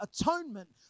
atonement